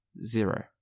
Zero